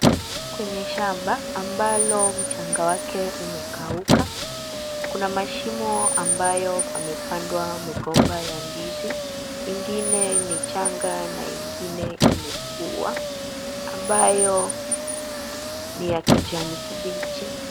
Kwenye shamba ambalo mchanga wake umekauka kuna mashimo ambayo pamepandwa migomba ya ndizi. Ingine ni changa na ingine imekua, ambayo ni ya kijani kibichi